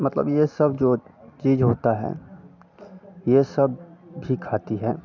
मतलब यह सब जो चीज़ होता है यह सब भी खाती है